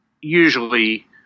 usually